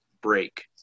break